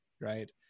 Right